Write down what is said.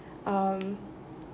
um